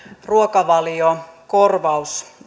ruokavaliokorvaus